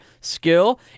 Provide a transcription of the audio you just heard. skill